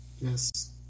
Yes